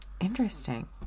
Interesting